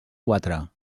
quatre